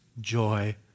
joy